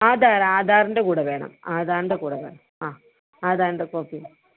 ആധാർ ആധാറിൻ്റെ കൂടെ വേണം ആധാറിൻ്റെ കൂടെ വേണം ആ ആധാറിൻ്റെ കോപ്പി